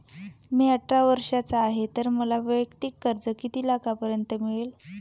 मी अठरा वर्षांचा आहे तर मला वैयक्तिक कर्ज किती लाखांपर्यंत मिळेल?